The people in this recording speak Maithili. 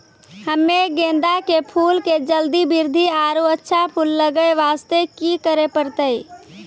हम्मे गेंदा के फूल के जल्दी बृद्धि आरु अच्छा फूल लगय वास्ते की करे परतै?